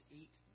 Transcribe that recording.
eight